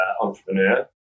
entrepreneur